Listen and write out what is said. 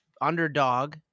underdog